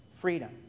freedom